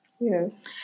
Yes